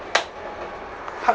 part